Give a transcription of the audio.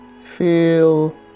feel